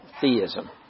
theism